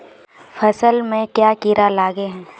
फसल में क्याँ कीड़ा लागे है?